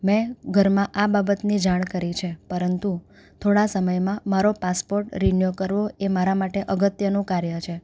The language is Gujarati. મેં ઘરમાં આ બાબતની જાણ કરી છે પરંતુ થોડા સમયમાં મારો પાસપોટ રીન્યુ કરવો એ મારા માટે અગત્યનું કાર્ય છે